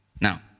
Now